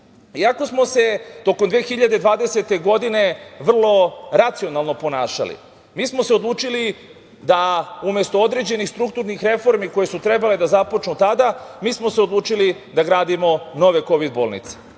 smo se tokom 2020. godine vrlo racionalno ponašali, mi smo se odlučili da, umesto određenih strukturnih reformi koje su trebale da započnu tada, gradimo nove kovid bolnice.